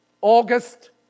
August